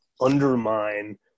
undermine